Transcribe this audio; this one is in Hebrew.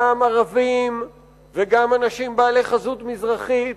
גם ערבים וגם אנשים בעלי חזות מזרחית,